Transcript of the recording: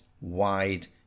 wide